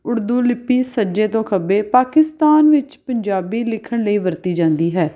ਉਰਦੂ ਲਿਪੀ ਸੱਜੇ ਤੋਂ ਖੱਬੇ ਪਾਕਿਸਤਾਨ ਵਿੱਚ ਪੰਜਾਬੀ ਲਿਖਣ ਲਈ ਵਰਤੀ ਜਾਂਦੀ ਹੈ